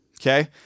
okay